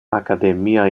akademia